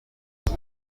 azi